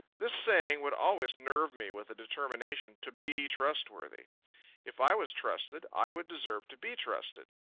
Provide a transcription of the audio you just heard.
this saying would always nerve me with a determination to be trustworthy if i was trusted, i would deserve to be trusted.